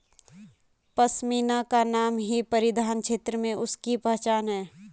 पशमीना का नाम ही परिधान क्षेत्र में उसकी पहचान है